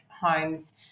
homes